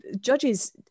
judges